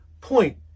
point